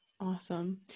Awesome